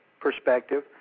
perspective